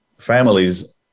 families